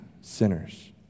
sinners